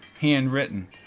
handwritten